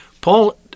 Paul